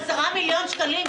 10 מיליון שקלים,